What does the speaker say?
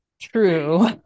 True